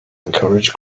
encourage